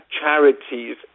charities